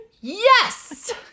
Yes